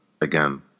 again